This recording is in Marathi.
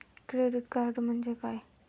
क्रेडिट कार्ड म्हणजे काय?